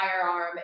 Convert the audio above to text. firearm